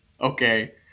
Okay